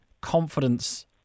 confidence